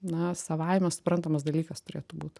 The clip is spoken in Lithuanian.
na savaime suprantamas dalykas turėtų būti